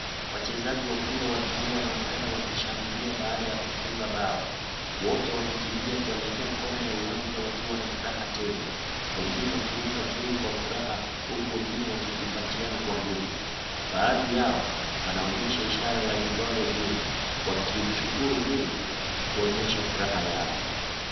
Wachezaji wa mpira wa mguu wanaonekana wakishangilia baada ya kufunga bao, wote wamekimbia kuelekea kona ya uwanja wakiwa na furaha tele, wengine wakiruka juu kwa furaha huku wengine wakikumbatiana kwa nguvu, baadhi yao wanaonyesha ishara ya vidole juu, wakimshukuru Mungu kuonyesha furaha yao.